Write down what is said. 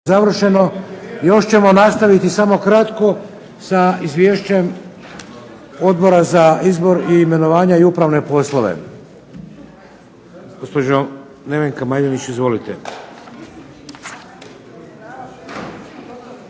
(HDZ)** Još ćemo nastaviti samo kratko sa izvješćem Odbora za izbor i imenovanje i upravne poslove.